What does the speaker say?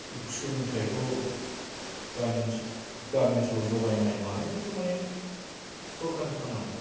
बेखौ सोलोंथायखौ गामि ओनसोल गामि ओनसोलाव ज'गायनाय मानाय बेफोर माने सरखारनि खामानि